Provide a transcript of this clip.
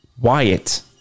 Wyatt